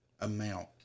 amount